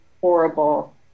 horrible